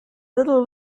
little